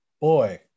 boy